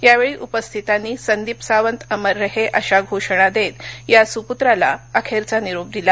यावेळी उपस्थितांनी संदीप सावंत अमर रहे अशा घोषणां या सुप्त्राला अखेरचा निरोप दिला